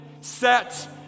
set